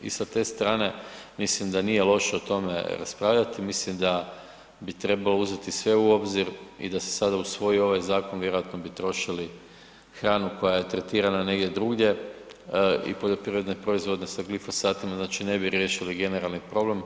I sa te strane mislim da nije loše o tome raspravljati, mislim da bi trebalo uzeti sve u obzir i da se sada usvoji ovaj zakon vjerojatno bi trošili hranu koja je tretirana negdje drugdje i poljoprivredne proizvode sa glifosatima, znači ne bi riješili generalni problem.